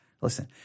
Listen